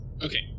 Okay